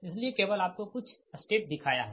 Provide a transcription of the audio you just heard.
इसलिए केवल आपको कुछ स्टेप दिखाया है